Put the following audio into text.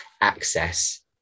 access